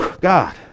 God